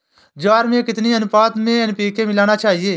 ज्वार में कितनी अनुपात में एन.पी.के मिलाना चाहिए?